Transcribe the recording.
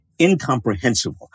incomprehensible